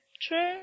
True